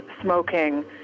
smoking